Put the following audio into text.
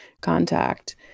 contact